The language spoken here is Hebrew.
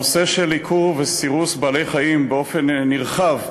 הנושא של עיקור וסירוס בעלי-חיים באופן נרחב,